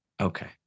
Okay